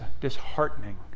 disheartening